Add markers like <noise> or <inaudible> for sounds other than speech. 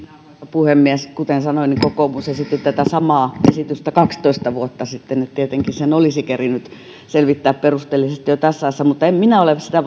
puhemies kuten sanoin niin kokoomus esitti tätä samaa esitystä kaksitoista vuotta sitten tietenkin sen olisi kerennyt selvittää perusteellisesti jo tässä ajassa mutta en minä ole sitä <unintelligible>